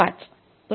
बरोबर